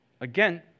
Again